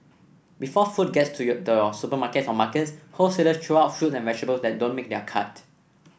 before food gets to your the supermarkets or markets wholesaler throw out fruit and vegetable that don't make their cut